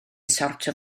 sortio